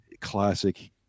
classic